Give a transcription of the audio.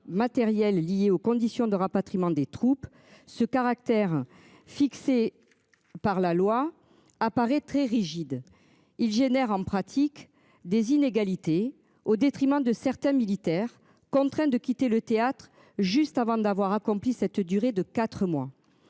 matérielles liées aux conditions de rapatriement des troupes ce caractère fixé. Par la loi apparaît très rigide, il génère en pratique des inégalités au détriment de certains militaires. Contraint de quitter le théâtre juste avant d'avoir accompli cette durée de quatre mois.